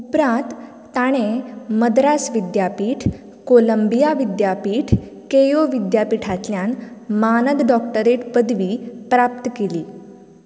उपरांत ताणें मद्रास विद्यापीठ कोलंबिया विद्यापीठ केयो विद्यापीठांतल्यान मानद डॉक्टरेट पदवी प्राप्त केली